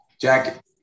Jack